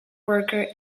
worker